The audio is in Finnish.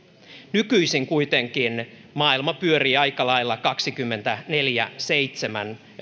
nykyisin kuitenkin maailma pyörii aika lailla kaksikymmentäneljä kautta seitsemän